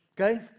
Okay